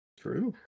True